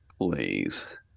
Please